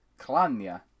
Klanya